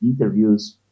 interviews